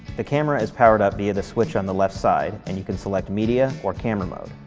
the camera is powered up via the switch on the left side, and you can select media or camera mode.